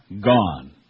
gone